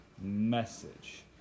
message